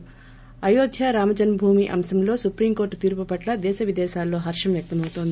ి అయోధ్య రామ జన్మ భూమి అంశంలో సుప్రీంకోర్లు తీర్పు పట్ల దేశ విదేశాలలో హర్షం వ్యక్తం అవుతోంది